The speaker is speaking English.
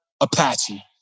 Apache